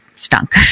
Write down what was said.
Stunk